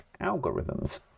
algorithms